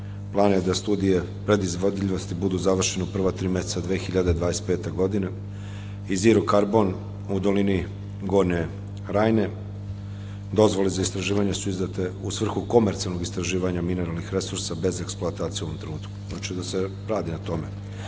plan je da studije predizvodljivosti budu završene u prva tri meseca 2025. godine. „Izirokarbon“ u dolini Gornje Rajne, dozvole za istraživanje su izdate u svrhu komercijalnog istraživanja mineralnih resursa, bez eksploatacije u ovom trenutku. Znači, da se radi na tome.